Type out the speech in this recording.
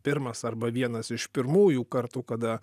pirmas arba vienas iš pirmųjų kartų kada